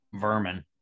vermin